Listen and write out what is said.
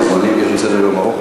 כי יש עוד סדר-יום ארוך,